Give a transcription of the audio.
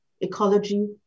ecology